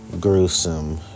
gruesome